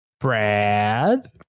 Brad